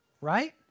Right